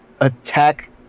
attack